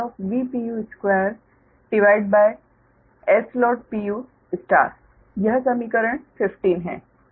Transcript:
2Sload यह समीकरण 15 है